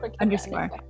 Underscore